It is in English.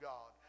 God